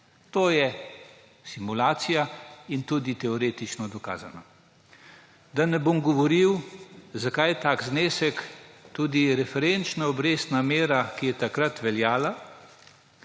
To je simulacija in tudi teoretično dokazano. Da ne govorim, zakaj tak znesek. Tudi referenčna obrestna mera, ki je takrat veljala,